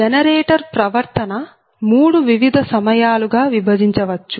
generator ప్రవర్తన మూడు వివిధ సమయాల గా విభజించవచ్చు